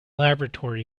laboratory